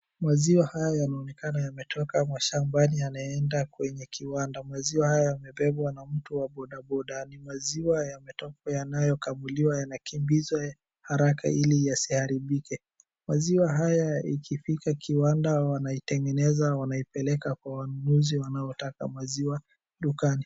Maziwa haya yanaoekana yametoka mashambani yanaenda kwenye kiwanda. Maziwa haya yamebebwa na mtu wa bodaboda. Ni maziwa yanayokamuliwa yanakimbizwa haraka ili yasiharibike .Maziwa haya ikifika kiwanda wanaitengeneza, wanaipeleka kwa wanunuzi wanaotaka maziwa dukani.